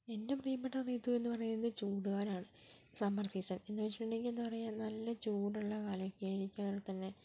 എൻ്റെ പ്രിയപ്പെട്ട ഋതു എന്നു പറയുന്നത് ചൂടു കാലമാണ് സമ്മർ സീസൺ എന്നുവെച്ചിട്ടുണ്ടെങ്കിൽ എന്താ പറയുക നല്ല ചൂടുള്ള കാലമൊക്കെയായിരിക്കും അത്പോലെതന്നെ